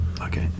Okay